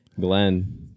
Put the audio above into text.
Glenn